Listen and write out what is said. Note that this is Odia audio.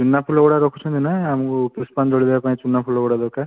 ଚୁନା ଫୁଲ ଗୁଡ଼ାକ ରଖୁଛନ୍ତି ନା ଆମକୁ ପୁଷ୍ପାଞ୍ଜଳୀ ଦେବାପାଇଁ ଚୁନା ଫୁଲ ଗୁଡ଼ାକ ଦରକାର